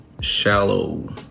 shallow